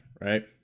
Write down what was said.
Right